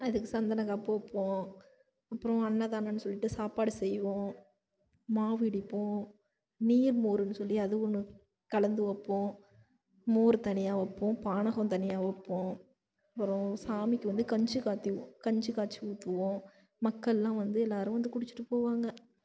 அதுக்குச் சந்தன காப்பு வைப்போம் அப்றம் அன்னதானன்னு சொல்லிட்டு சாப்பாடு செய்வோம் மாவு இடிப்போம் நீர் மோருன்னு சொல்லி அது ஒன்று கலந்து வைப்போம் மோர் தனியாக வைப்போம் பானகம் தனியாக வைப்போம் அப்பறம் சாமிக்கு வந்து கஞ்சி காத்தி கஞ்சி காய்ச்சி ஊற்றுவோம் மக்கள்லாம் வந்து எல்லோரும் வந்து குடித்துட்டு போவாங்க